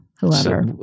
whoever